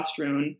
testosterone